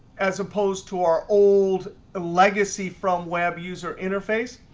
as opposed to our old ah legacy from web user interface,